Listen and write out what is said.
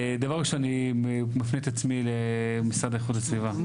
דבר ראשון, אני מפנה את עצמי למשרד איכות הסביבה.